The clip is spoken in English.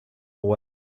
away